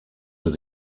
were